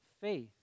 faith